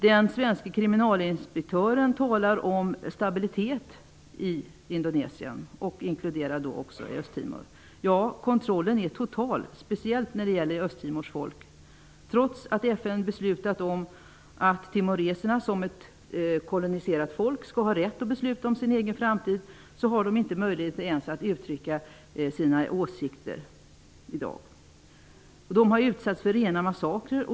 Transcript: Den svenske kriminalinspektören talar om stabilitet i Indonsien och inkluderar då Östtimor. Ja, kontrollen är total -- speciellt när det gäller Östtimors folk. Trots att FN beslutat att timoreserna som ett koloniserat folk skall ha rätt att besluta om sin egen framtid har de i dag inte ens möjligheter att uttrycka sina åsikter. Timoreserna har utsatts för rena massakrer.